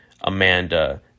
Amanda